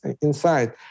inside